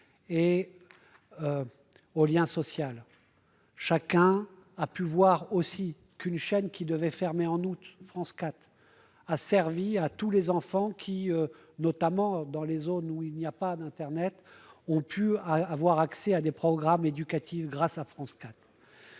et au lien social. Chacun a pu voir aussi qu'une chaîne qui devait fermer en août, France 4, a permis à tous les enfants, notamment dans les zones non reliées à internet, d'avoir accès à des programmes éducatifs. Radio France,